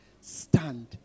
stand